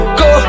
go